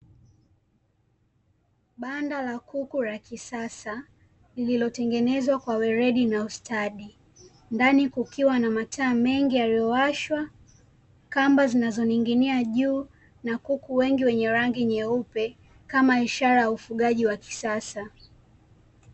Banda la kuku la kisasa, lililotengenezwa kwa weledi na ustadi; ndani kukiwa na mataa mengi yaliyowashwa, kamba zinazonin'ginia juu, na kuku wengi wenye rangi nyeupe, kama ishara ya ufugaji wa kisasa.